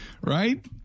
right